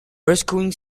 rescuing